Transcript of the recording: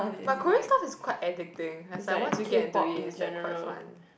but Korean stuffs is quite addicting like once you get into it it's like quite fun